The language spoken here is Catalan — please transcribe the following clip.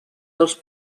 dels